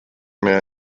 mehr